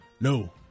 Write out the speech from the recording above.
no